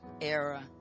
era